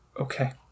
Okay